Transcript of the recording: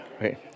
Right